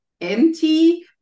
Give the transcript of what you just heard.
empty